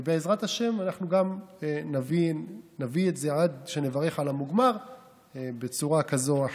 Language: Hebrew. ובעזרת השם אנחנו גם נביא את זה עד שנברך על המוגמר בצורה כזאת או אחרת.